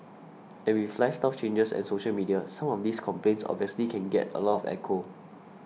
every flat style changes and social media some of these complaints obviously can get a lot of echo